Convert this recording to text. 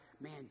Man